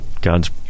God's